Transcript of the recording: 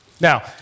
Now